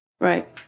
Right